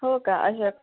हो का ऐयक